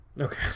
okay